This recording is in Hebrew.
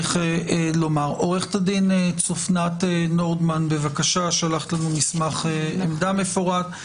עו"ד צפנת נורדמן, שלחת לנו מסמך עמדה מפורט.